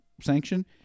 sanction